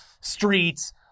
streets